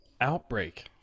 Outbreak